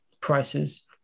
prices